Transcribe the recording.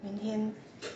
明天